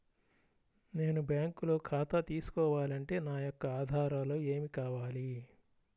నేను బ్యాంకులో ఖాతా తీసుకోవాలి అంటే నా యొక్క ఆధారాలు ఏమి కావాలి?